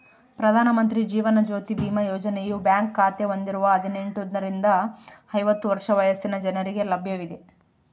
ಪ್ರಧಾನ ಮಂತ್ರಿ ಜೀವನ ಜ್ಯೋತಿ ಬಿಮಾ ಯೋಜನೆಯು ಬ್ಯಾಂಕ್ ಖಾತೆ ಹೊಂದಿರುವ ಹದಿನೆಂಟುರಿಂದ ಐವತ್ತು ವರ್ಷ ವಯಸ್ಸಿನ ಜನರಿಗೆ ಲಭ್ಯವಿದೆ